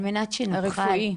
על מנת שנוכל --- הרפואי?